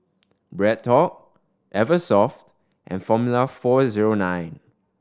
BreadTalk Eversoft and Formula Four Zero Nine